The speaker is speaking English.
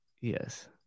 Yes